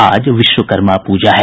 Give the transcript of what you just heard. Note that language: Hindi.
आज विश्वकर्मा पूजा है